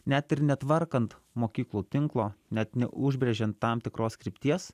net ir netvarkant mokyklų tinklo net neužbrėžiant tam tikros krypties